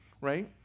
right